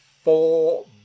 four